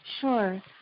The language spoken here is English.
Sure